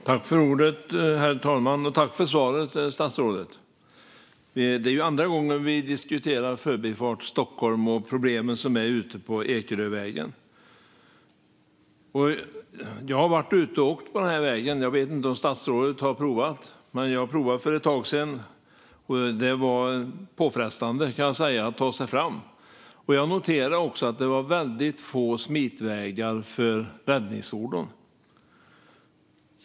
Herr talman! Tack för svaret, statsrådet! Det är andra gången vi diskuterar Förbifart Stockholm och de problem som finns ute på Ekerövägen. Jag har varit ute och åkt på vägen. Jag vet inte om statsrådet har provat, men jag provade alltså för ett tag sedan. Det var påfrestande, kan jag säga, att ta sig fram. Jag noterade också att det fanns väldigt få smitvägar för räddningsfordon.